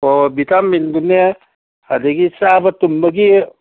ꯑꯣ ꯕꯤꯇꯥꯃꯤꯟꯗꯨꯅꯦ ꯑꯗꯒꯤ ꯆꯥꯕ ꯇꯨꯝꯕꯒꯤ